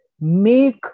Make